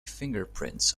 fingerprints